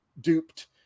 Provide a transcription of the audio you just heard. duped